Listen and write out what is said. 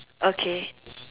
okay